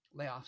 layoffs